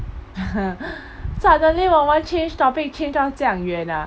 suddenly 完完 change topic change 到这样远 ah